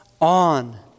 on